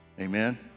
Amen